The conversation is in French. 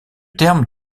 terme